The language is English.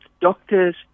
doctors